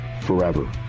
forever